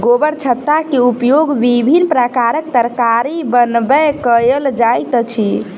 गोबरछत्ता के उपयोग विभिन्न प्रकारक तरकारी बनबय कयल जाइत अछि